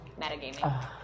metagaming